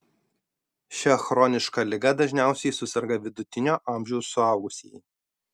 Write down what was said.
šia chroniška liga dažniausiai suserga vidutinio amžiaus suaugusieji